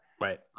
Right